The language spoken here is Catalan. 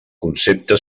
concepte